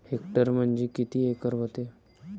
Hectare म्हणजे किती acre व्हते?